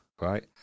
right